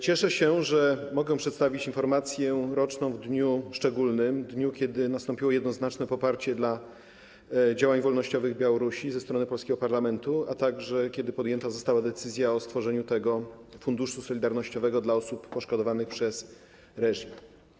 Cieszę się, że mogę przedstawić informację roczną w dniu szczególnym, kiedy nastąpiło jednoznaczne poparcie dla działań wolnościowych Białorusi ze strony polskiego parlamentu, a także kiedy podjęta została decyzja o stworzeniu Funduszu Solidarnościowego dla osób poszkodowanych przez reżim.